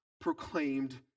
proclaimed